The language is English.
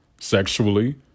sexually